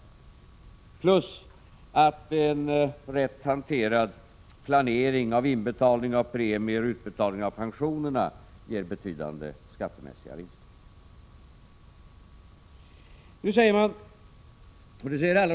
Dessutom ger en rätt hanterad planering av inbetalning av premier och utbetalning av pensioner betydande skattemässiga vinster.